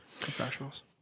professionals